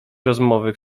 rozmowy